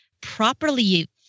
properly